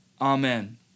Amen